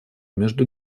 между